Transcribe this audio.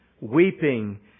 weeping